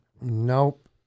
Nope